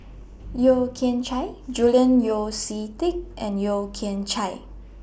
Yeo Kian Chye Julian Yeo See Teck and Yeo Kian Chai